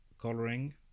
coloring